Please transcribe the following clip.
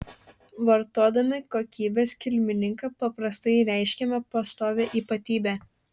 vartodami kokybės kilmininką paprastai reiškiame pastovią ypatybę